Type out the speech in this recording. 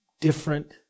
different